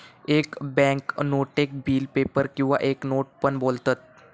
एक बॅन्क नोटेक bill paper किंवा एक नोट पण बोलतत